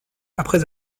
après